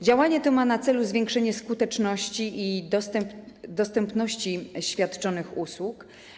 Działanie to ma na celu zwiększenie skuteczności i dostępności świadczonych usług.